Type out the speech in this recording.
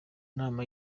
nama